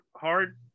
hard